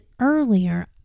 earlier